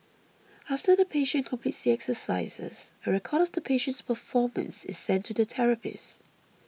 after the patient completes the exercises a record of the patient's performance is sent to the therapist